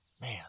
man